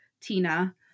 Tina